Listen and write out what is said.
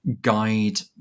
guide